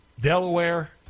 Delaware